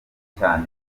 cyane